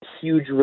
huge